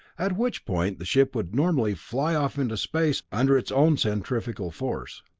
at which point the ship would normally fly off into space under its own centrifugal force.